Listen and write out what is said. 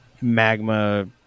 magma